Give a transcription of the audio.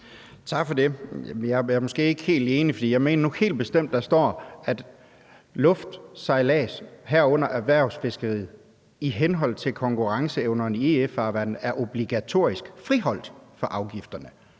Tak for det. Jeg er måske ikke helt enig, for jeg mener nu helt bestemt, at der står, at luft og sejlads, herunder erhvervsfiskeriet, i henhold til konkurrenceevnen i EU-farvande er obligatorisk friholdt for afgifterne.